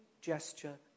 gesture